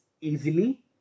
easily